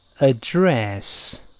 address